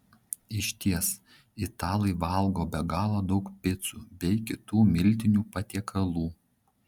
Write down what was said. išties italai valgo be galo daug picų bei kitų miltinių patiekalų